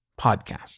podcast